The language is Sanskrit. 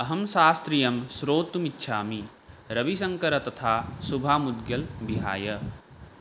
अहं शास्त्रीयं श्रोतुमिच्छामि रविशङ्करं तथा शुभा मुद्गल् विहाय